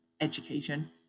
education